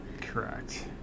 Correct